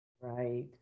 Right